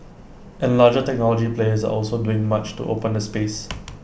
and larger technology players are also doing much to open the space